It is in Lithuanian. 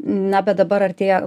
na bet dabar artėja